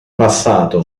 passato